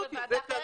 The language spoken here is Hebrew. אמרתי,